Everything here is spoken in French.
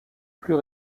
plus